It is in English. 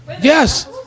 Yes